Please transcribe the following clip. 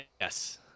Yes